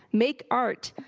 make art.